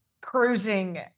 cruising